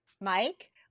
mike